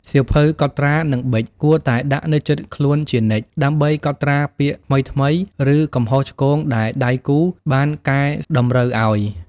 សៀវភៅកត់ត្រា និងប៊ិច គួរតែដាក់នៅជិតខ្លួនជានិច្ច ដើម្បីកត់ត្រាពាក្យថ្មីៗ ឬកំហុសឆ្គងដែលដៃគូបានកែតម្រូវឱ្យ។